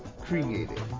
created